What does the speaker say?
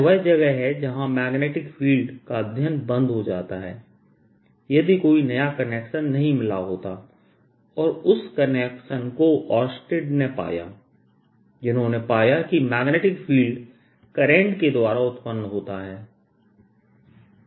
यह वह जगह है जहाँ मैग्नेटिक फील्ड का अध्ययन बंद हो जाता यदि कोई नया कनेक्शन नहीं मिला होता और उस कनेक्शन को ओर्स्टेड ने पाया जिन्होंने पाया कि मैग्नेटिक फील्ड करंट के द्वारा उत्पन्न होता है